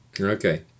Okay